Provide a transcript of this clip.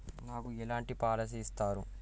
నాకు ఎలాంటి పాలసీ ఇస్తారు?